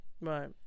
Right